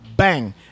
bang